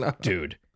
Dude